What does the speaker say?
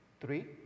Three